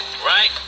Right